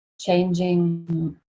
changing